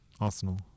arsenal